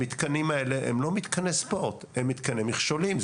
המתקנים האלה הם לא מתקני ספורט הם מתקני מכשולים,